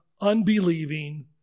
Unbelieving